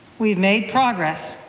we have made progress.